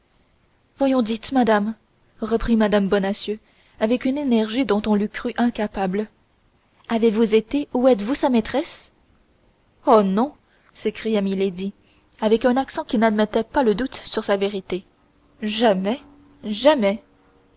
voyons dites madame reprit mme bonacieux avec une énergie dont on l'eût crue incapable avez-vous été ou êtes-vous sa maîtresse oh non s'écria milady avec un accent qui n'admettait pas le doute sur sa vérité jamais jamais